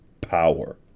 power